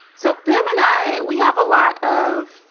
so ben and i, we have a lot of,